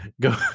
Go